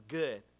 good